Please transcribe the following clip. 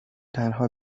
تنها